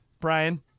Brian